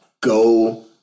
go